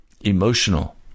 emotional